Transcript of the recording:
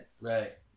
Right